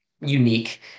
unique